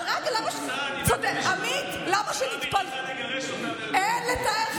צה"ל התעקש שלא לגרש אותם, אין לתאר.